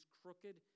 crooked